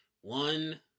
one